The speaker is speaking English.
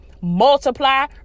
multiply